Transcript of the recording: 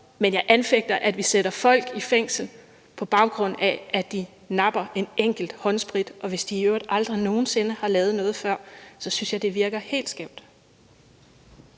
Men jeg anfægter, at vi sætter folk i fængsel, på baggrund af at de napper en enkelt håndsprit. Hvis de i øvrigt aldrig nogen sinde har lavet noget før, synes jeg, det virker helt skævt.